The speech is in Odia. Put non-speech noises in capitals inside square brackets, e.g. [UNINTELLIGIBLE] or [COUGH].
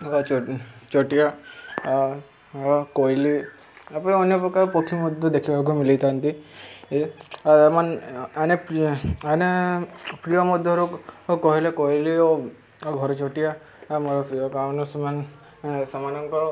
[UNINTELLIGIBLE] ଚଟିଆ କୋଇଲି ଆପଣ ଅନ୍ୟ ପ୍ରକାର ପକ୍ଷୀ ମଧ୍ୟ ଦେଖିବାକୁ ମିଳିଥାନ୍ତି [UNINTELLIGIBLE] ପ୍ରିୟ ମଧ୍ୟରୁ କହିଲେ କୋଇଲି ଓ ଘର ଚଟିଆ ମୋର ପ୍ରିୟ କାରଣ ସେମାନେ ସେମାନଙ୍କର